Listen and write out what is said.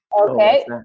Okay